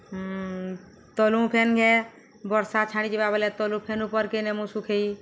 ତଲୁ ଫେନ୍ ଘାଏ ବର୍ଷା ଛାଡ଼ି ଯିବା ବଲେ ତେଲୁ ଫେନ୍ ଉପର୍କେ ନେମୁ ଶୁଖେଇ